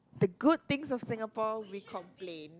the good things of Singapore we complain